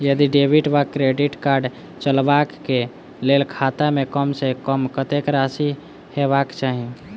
यदि डेबिट वा credit card चलबाक कऽ लेल खाता मे कम सऽ कम कत्तेक राशि हेबाक चाहि?